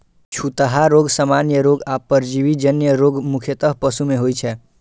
छूतहा रोग, सामान्य रोग आ परजीवी जन्य रोग मुख्यतः पशु मे होइ छै